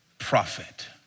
prophet